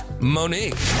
Monique